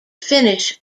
finnish